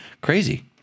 crazy